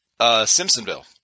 Simpsonville